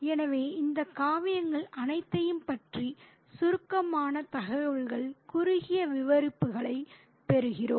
எனவே இந்த காவியங்கள் அனைத்தையும் பற்றிய சுருக்கமான தகவல்கள் குறுகிய விவரிப்புகளைப் பெறுகிறோம்